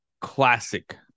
classic